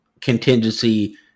Contingency